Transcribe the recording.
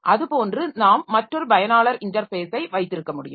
அதுபோன்று நாம் மற்றொரு பயனாளர் இன்டர்ஃபேஸை வைத்திருக்க முடியும்